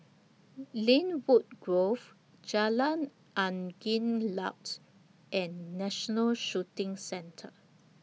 Lynwood Grove Jalan Angin Laut and National Shooting Centre